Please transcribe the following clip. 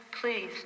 please